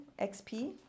XP